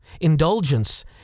indulgence